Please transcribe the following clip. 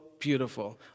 beautiful